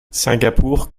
singapour